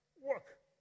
Work